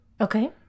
Okay